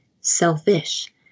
selfish